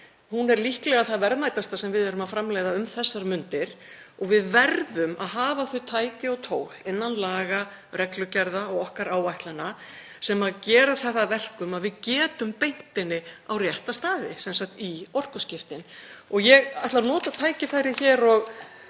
Hún er líklega það verðmætasta sem við erum að framleiða um þessar mundir og við verðum að hafa þau tæki og tól innan laga, reglugerða og áætlana okkar sem gera það að verkum að við getum beint henni á rétta staði, sem sagt í orkuskiptin. Ég ætla að nota tækifærið hér og